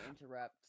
interrupt